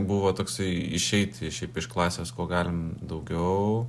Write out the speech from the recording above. buvo toksai išeiti šiaip iš klasės kuo galim daugiau